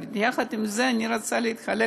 אבל יחד עם זה אני רוצה להתחלק